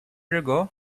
ago